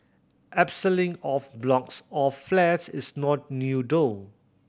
abseiling off blocks of flats is not new though